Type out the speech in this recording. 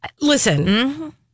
listen